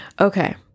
Okay